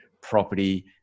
property